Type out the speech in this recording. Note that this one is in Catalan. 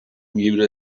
llibre